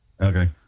Okay